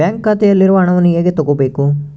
Bank ಖಾತೆಯಲ್ಲಿರುವ ಹಣವನ್ನು ಹೇಗೆ ತಗೋಬೇಕು?